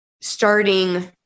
starting